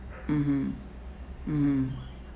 mmhmm mmhmm